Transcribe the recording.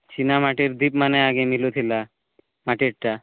ଚିନା ମାଟିର ଦୀପମାନେ ଆଗେ ମିଳୁଥିଲା ମାଟିରଟା